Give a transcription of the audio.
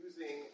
Using